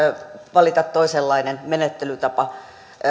valita toisenlainen menettelytapa